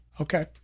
Okay